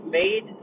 made